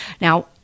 Now